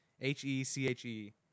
H-E-C-H-E